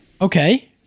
Okay